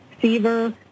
fever